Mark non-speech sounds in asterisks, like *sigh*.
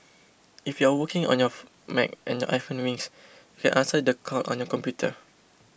if you are working on your *unintelligible* Mac and your iPhone rings you can answer the call on your computer